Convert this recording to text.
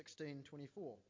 16:24